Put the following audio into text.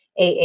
AA